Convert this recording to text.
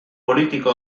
politiko